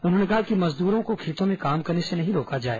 उन्होंने कहा कि मजदूरों को खेतों में काम करने से ना रोका जाए